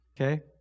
okay